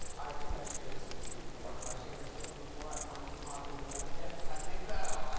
i think i've shared this with you before. have i shared this with them before? i find him oddly attractive. yes, i think so.